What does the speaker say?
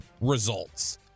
results